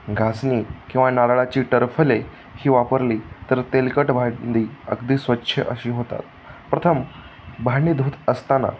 घासणी किंवा नारळाची टरफले ही वापरली तर तेलकट भांडी अगदी स्वच्छ अशी होतात प्रथम भांडी धूत असताना